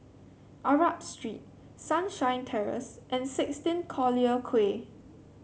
Arab Street Sunshine Terrace and sixteen Collyer Quay